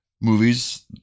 movies